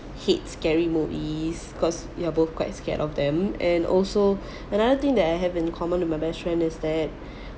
hate scary movies cause we are both quite scared of them and also another thing that I have in common with my best friend is that